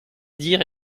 dire